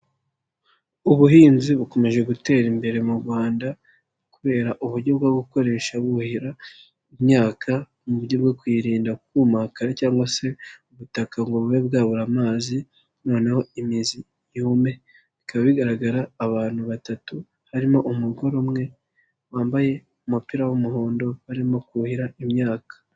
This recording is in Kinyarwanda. Ubuhinzi bukomeje gutera imbere mu Rwanda, kubera uburyo bwo gukoresha buhira imyaka mu buryo bwo kuyirinda kumagara cyangwa se ubutaka ngo bube bwabura amazi noneho imizi yume. Bikaba bigaragara abantu batatu, harimo umugore umwe wambaye umupira w'umuhondo barimo kuhira imyaka.